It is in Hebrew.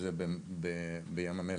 זה בים המלח,